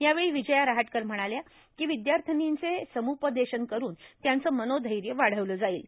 यावेळी विजया रहाटकर म्हणाल्या की विद्यार्थीनींचे समुपदेशन करून त्यांचं मनोधैर्य वाढवलं जाईल